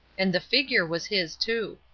and the figure was his too.